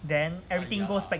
then everything goes back